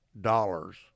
dollars